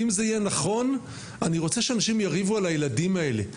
אם זה יהיה נכון אני רוצה שאנשים יריבו על הילדים האלה,